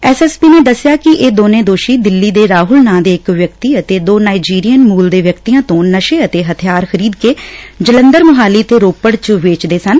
S S P ਨੇ ਦਸਿਆ ਕਿ ਇਹ ਦੋਨੇ ਦੋਸ਼ੀ ਦਿਲੀ ਦੇ ਰਾਹੁਲ ਨਾਂ ਦੇ ਇਕ ਵਿਅਕਤੀ ਅਤੇ ਦੋ ਨਾਇਜੀਰੀਅਨ ਮੂਲ ਦੇ ਵਿਅਕਤੀਆਂ ਤੋਂ ਨਸ਼ੇ ਅਤੇ ਹਥਿਆਰ ਖਰੀਦ ਕੇ ਜਲੰਧਰ ਮੋਹਾਲੀ ਤੇ ਰੋਪੜ ਚ ਵੇਚਦੇ ਸਨ